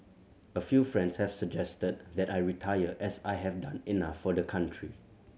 a few friends have suggested that I retire as I have done enough for the country